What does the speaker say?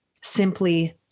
simply